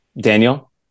Daniel